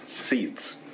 seeds